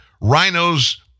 Rhinos